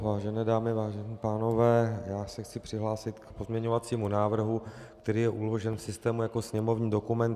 Vážené dámy, vážení pánové, já se chci přihlásit k pozměňovacímu návrhu, který je uložen v systému jako sněmovní dokument 3471.